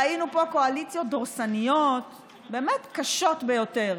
ראינו פה קואליציות דורסניות קשות ביותר